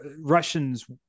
Russians